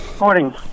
morning